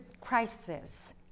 crisis